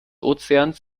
ozeans